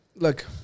look